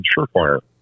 Surefire